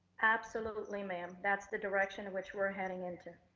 absolutely, ma'am, that's the direction in which we are heading into.